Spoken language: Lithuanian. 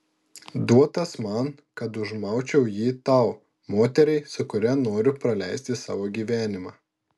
duotas man kad užmaučiau jį tau moteriai su kuria noriu praleisti savo gyvenimą